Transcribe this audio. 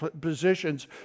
positions